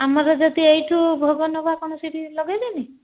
ଆମର ଯଦି ଏଇଠୁ ଭୋଗ ନେବା କ'ଣ ସେଠି ଲଗାଇବେନି